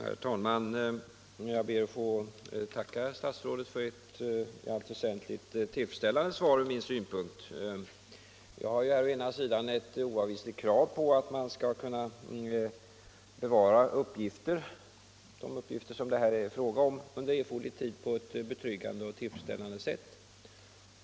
Herr talman! Jag ber att få tacka statsrådet för ett från min synpunkt i allt väsentligt tillfredsställande svar. Å ena sidan är det ett oavvisligt krav att de uppgifter som det här är fråga om skall kunna bevaras under erforderlig tid på ett betryggande sätt.